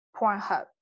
Pornhub